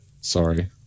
Sorry